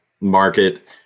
market